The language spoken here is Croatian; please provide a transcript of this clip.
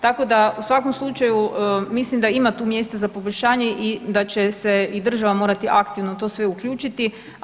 Tako da u svakom slučaju mislim da ima tu mjesta za poboljšanje i da će se i država morati aktivno to sve uključiti.